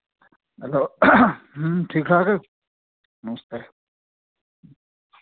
hello ठीक ठाक नमस्ते